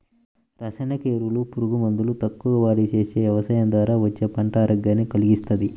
రసాయనిక ఎరువులు, పురుగు మందులు తక్కువగా వాడి చేసే యవసాయం ద్వారా వచ్చే పంట ఆరోగ్యాన్ని కల్గిస్తది